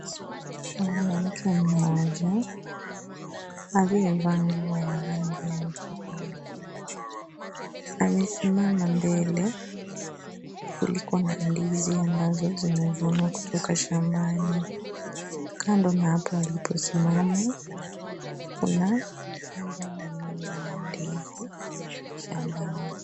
Mwanamke mmoja aliyevaa nguo ya rangi ya hudhurungi amesimama mbele kuliko na ndizi ambazo zimevunwa kutoka shambani. Kando na hapo aliposimama kuna migomba mingi ya ndizi shambani.